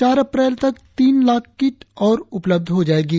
चार अप्रैल तक तीन लाख किट और उपलब्ध हो जाएंगी